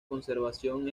conservación